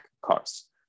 cars